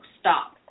stop